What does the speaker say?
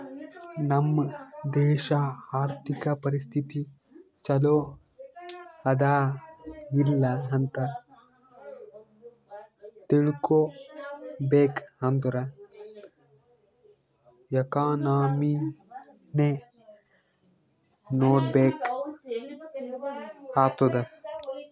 ನಮ್ ದೇಶಾ ಅರ್ಥಿಕ ಪರಿಸ್ಥಿತಿ ಛಲೋ ಅದಾ ಇಲ್ಲ ಅಂತ ತಿಳ್ಕೊಬೇಕ್ ಅಂದುರ್ ಎಕನಾಮಿನೆ ನೋಡ್ಬೇಕ್ ಆತ್ತುದ್